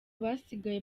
basigaye